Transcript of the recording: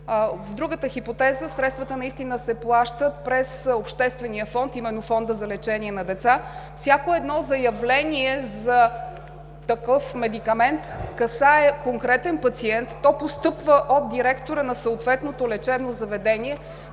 В другата хипотеза средствата наистина се плащат през Обществения фонд, именно Фонда за лечение на деца. Всяко едно заявление за такъв медикамент касае конкретен пациент, постъпва от директора на съответното лечебно заведение,